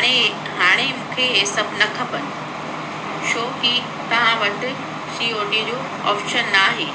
हाणे हाणे मूंखे ही सभु न खपनि छो कि तव्हां वटि सी ओ डी जो ऑप्शन न आहे